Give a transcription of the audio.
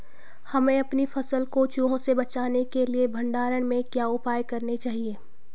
हमें अपनी फसल को चूहों से बचाने के लिए भंडारण में क्या उपाय करने चाहिए?